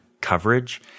coverage